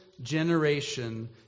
generation